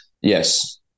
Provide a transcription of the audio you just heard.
Yes